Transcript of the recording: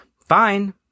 Fine